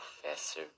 professor